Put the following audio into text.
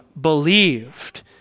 believed